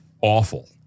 Awful